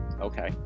okay